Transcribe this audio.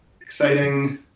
Exciting